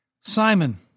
Simon